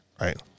right